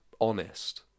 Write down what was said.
honest